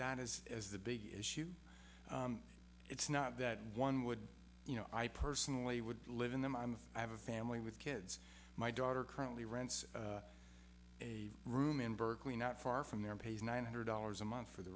that as as the big issue it's not that one would you know i personally would live in them i'm a i have a family with kids my daughter currently rents a room in berkeley not far from there pays nine hundred dollars a month for the